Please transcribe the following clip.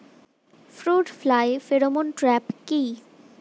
Fruit fly pheromone trap কি?